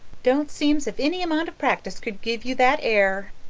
don't seem's if any amount of practice could give you that air.